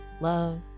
love